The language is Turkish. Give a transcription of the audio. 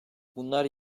bunlar